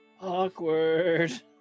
awkward